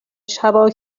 شبا